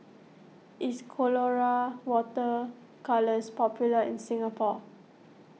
is Colora Water Colours popular in Singapore